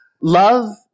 love